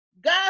God